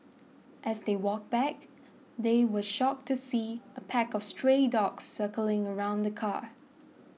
as they walked back they were shocked to see a pack of stray dogs circling around the car